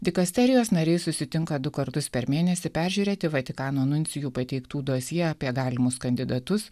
dikasterijos nariai susitinka du kartus per mėnesį peržiūrėti vatikano nuncijų pateiktų dosjė apie galimus kandidatus